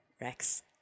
Rex